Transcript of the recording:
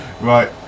Right